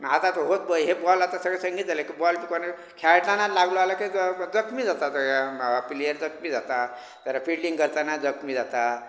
आतां तो होच पय हे बॉल आतां सगळे संगीत जाल्ले की बॉल तुका न्हूं आतां खेळटना लागलो जाल्यार जखमी जातात प्लेयर जखमी जातात परत फिल्डींग करताना जखमी जातात